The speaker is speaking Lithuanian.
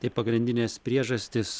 tai pagrindinės priežastys